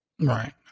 Right